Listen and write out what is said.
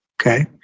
okay